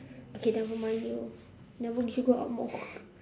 okay never mind you never you should go out more